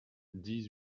dix